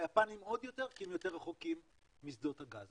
והיפנים עוד יותר כי הם יותר רחוקים משדות הגז.